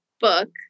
book